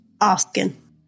Asking